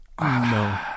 No